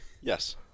Yes